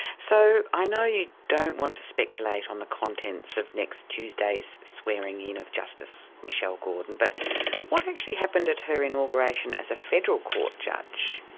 so i know you don't want to speculate on the contents of next tuesday's swearing-in of justice michelle gordon, but what actually happened at her inauguration as a federal court judge?